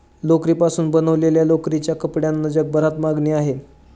लोकरीपासून बनवलेल्या लोकरीच्या कपड्यांना जगभरात मागणी आहे